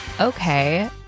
okay